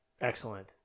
Excellent